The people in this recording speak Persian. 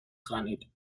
خوانید